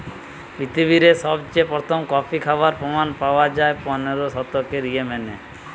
পৃথিবীরে সবচেয়ে প্রথম কফি খাবার প্রমাণ পায়া যায় পনেরোর শতকে ইয়েমেনে